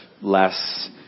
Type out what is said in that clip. less